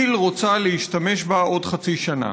כי"ל רוצה להשתמש בה עוד חצי שנה.